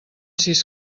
sis